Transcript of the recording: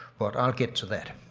but i'll get to that.